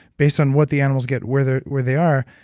based on what the animals get where they where they are.